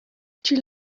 would